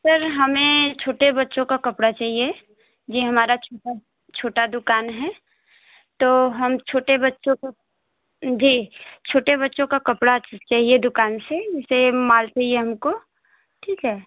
sir हमें छोटे बच्चों का कपड़ा चाहिए जी हमारा छोटा छोटा दुकान है तो हम छोटे बच्चों को जी छोटे बच्चों का कपड़ा चाहिए दुकान से सेम माल चाहिए हमको ठीक है